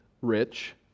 rich